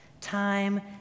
time